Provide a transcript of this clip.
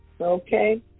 okay